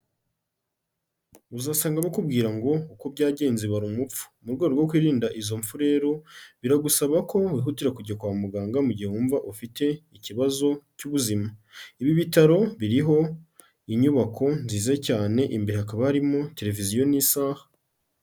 Uzasanga bakubwira ngo uko byagenze ibara umupfu, mu rwego rwo kwirinda izo mfu rero biragusaba ko wihutira kujya kwa muganga mu gihe wumva ufite ikibazo cy'ubuzima, ibi bitaro biriho inyubako nziza cyane, imbere hakaba harimo televiziyo n'isaha.